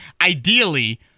Ideally